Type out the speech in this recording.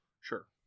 Sure